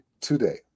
Today